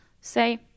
say